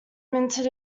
minted